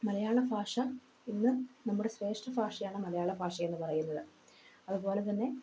മലയാള ഭാഷ ഇന്ന് നമ്മുടെ ശ്രേഷ്ഠ ഫാഷയാണ് മലയാള ഭാഷയെന്നു പറയുന്നത് അതുപോലെതന്നെ